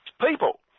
people